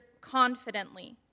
confidently